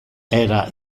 era